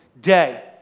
day